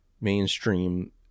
mainstream